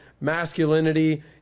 masculinity